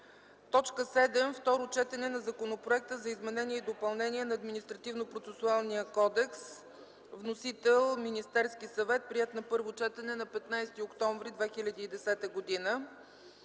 7. Второ четене на Законопроекта за изменение и допълнение на Административнопроцесуалния кодекс. (Вносител: Министерският съвет. Приет на първо четене на 15 октомври 2010 г.) 8.